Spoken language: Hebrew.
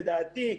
לדעתי,